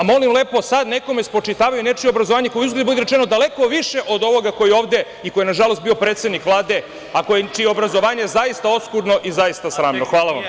Molim lepo, sada nekome spočitavaju nečije obrazovanje, koje je uzgred budi rečeno, daleko više od ovoga koji ovde i koji je nažalost bio predsednik Vlade, a čije obrazovanje je zaista oskudno i zaista sramno.